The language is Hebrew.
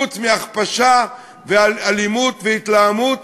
חוץ מהכפשה ואלימות והתלהמות.